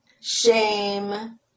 shame